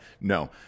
no